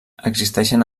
existeixen